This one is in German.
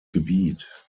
gebiet